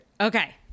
Okay